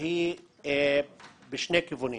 היא משני כיוונים